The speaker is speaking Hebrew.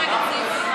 ההסתייגויות.